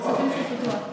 לכספים של פיתוח.